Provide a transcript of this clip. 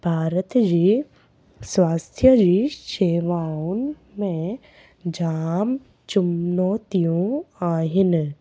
भारत जे स्वास्थ्य जी शेवाउनि में जामु चुनौतियूं आहिनि